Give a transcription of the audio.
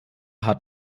hat